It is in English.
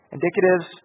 Indicatives